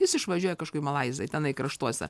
jis išvažiuoja kažkur į malaiziją tenai kraštuose